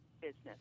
business